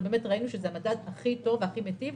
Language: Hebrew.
וראינו שזה המדד הכי טוב והכי מיטיב,